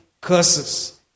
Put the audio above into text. curses